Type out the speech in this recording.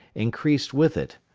increased with it,